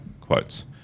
quotes